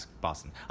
Boston